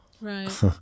Right